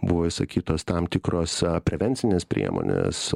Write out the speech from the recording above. buvo išsakytos tam tikros prevencinės priemonės